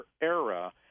era